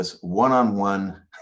one-on-one